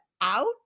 out